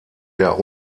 der